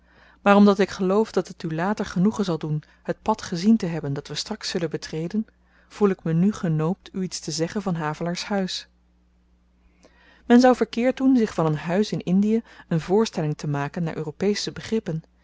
maar omdat ik geloof dat het u later genoegen zal doen het pad gezien te hebben dat we straks zullen betreden voel ik me nu genoopt u iets te zeggen van havelaars huis men zou verkeerd doen zich van een huis in indie een voorstelling te maken naar europesche begrippen